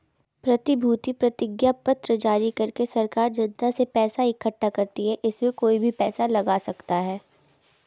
प्रतिभूति प्रतिज्ञापत्र जारी करके सरकार जनता से पैसा इकठ्ठा करती है, इसमें कोई भी पैसा लगा सकता है